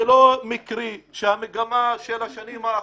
זה לא מקרי שהמגמה של השנים האחרונות,